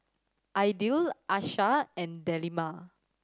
Aidil Aishah and Delima